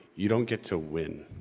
you don't get to win,